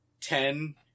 ten